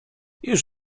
już